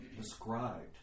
described